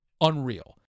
Unreal